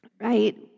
right